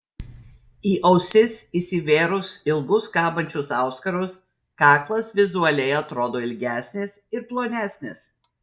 į ausis įsivėrus ilgus kabančius auskarus kaklas vizualiai atrodo ilgesnis ir plonesnis